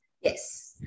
Yes